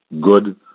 good